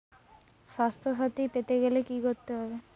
স্বাস্থসাথী পেতে গেলে কি করতে হবে?